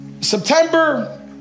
September